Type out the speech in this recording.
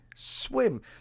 Swim